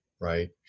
right